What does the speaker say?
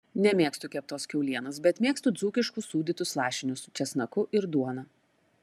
nemėgstu keptos kiaulienos bet mėgstu dzūkiškus sūdytus lašinius su česnaku ir duona